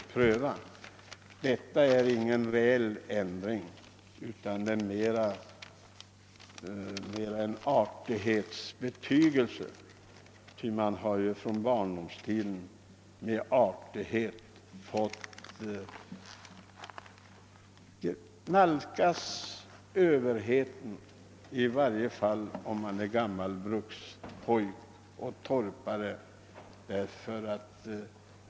Mitt yrkande innebär inte någon reell ändring utan har mera karaktären av en artighetsbetygelse. Jag har ju som gammal brukspojke och torpare från barndomstiden fått vänja mig vid att med artighet nalkas överheten.